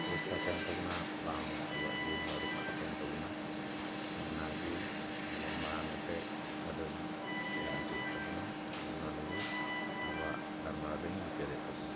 ᱥᱩᱨᱚᱠᱽᱠᱷᱟ ᱛᱟᱦᱮᱱ ᱛᱟᱵᱚᱱᱟ ᱵᱟᱝ ᱟᱵᱚᱣᱟᱜ ᱡᱤᱣᱤ ᱦᱚᱸ ᱨᱚᱠᱽᱠᱷᱟ ᱛᱟᱦᱮᱱ ᱛᱟᱵᱚᱱᱟ ᱚᱱᱟᱜᱮ ᱵᱚᱞᱮ ᱢᱟᱲᱟᱝ ᱜᱚᱴᱮᱡ ᱠᱟᱛᱷᱟ ᱫᱚᱧ ᱢᱮᱱ ᱚᱪᱚᱭᱮᱫ ᱛᱟᱵᱚᱱᱟ ᱟᱫᱚ ᱱᱚᱸᱰᱮ ᱜᱮ ᱟᱵᱚᱣᱟᱜ ᱜᱟᱞᱢᱟᱨᱟᱣ ᱫᱚᱧ ᱢᱩᱪᱟᱹᱫᱮᱫ ᱛᱟᱵᱚᱱᱟ